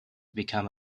become